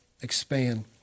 expand